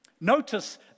Notice